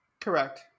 Correct